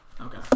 Okay